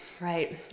right